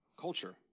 culture